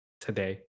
today